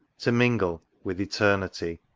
to mingle with eternity!